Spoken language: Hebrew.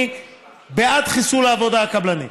אני בעד חיסול העבודה הקבלנית